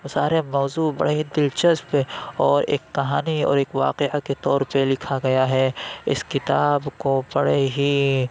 سارے موضوع بڑے ہی دلچسپ اور ایک کہانی اور ایک واقعہ کے طور پہ لکھا گیا ہے اِس کتاب کو بڑے ہی